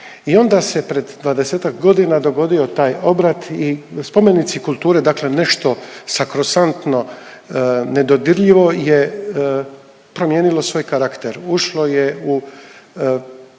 i onda se pred dvadesetak godina dogodio taj obrat i spomenici kulture dakle nešto sakrosanktno nedodirljivo je promijenilo svoj karakter, ušlo je i